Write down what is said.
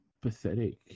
pathetic